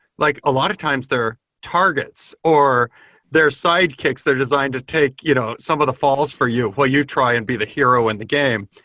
like a lot of times they're targets or they're sidekicks. they're designed to take you to know some of the falls for you while you try and be the hero in the game.